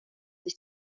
sich